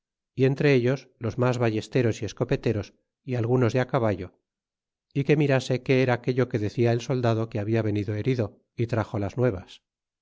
y entre ellos los mas ballesteros y escopeteros y algunos de caballo é quelmirase qué era aquello que decia el soldado que habia venido herido y traxo las nuevas